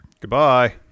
Goodbye